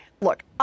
look